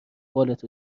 بالت